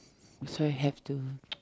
that's why have to